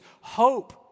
hope